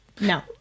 no